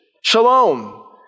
Shalom